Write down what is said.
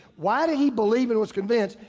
why did he believe and was convinced,